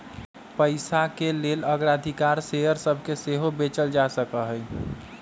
पइसाके लेल अग्राधिकार शेयर सभके सेहो बेचल जा सकहइ